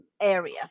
area